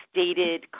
stated